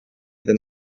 than